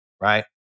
right